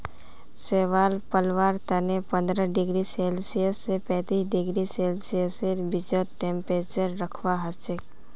शैवाल पलवार तने पंद्रह डिग्री सेल्सियस स पैंतीस डिग्री सेल्सियसेर बीचत टेंपरेचर रखवा हछेक